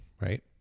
right